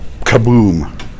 kaboom